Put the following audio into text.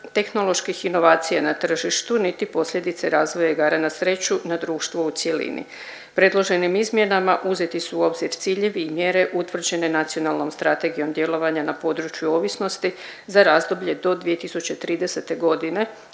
tehnoloških inovacija na tržištu, niti posljedice razvoja igara na sreću na društvo u cjelini. Predloženim izmjenama uzeti su u obzir ciljevi i mjere utvrđene Nacionalnom strategijom djelovanja na području ovisnosti za razdoblje do 2030.g.